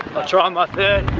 try my third